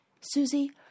Susie